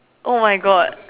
oh my God